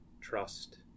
trust